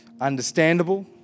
understandable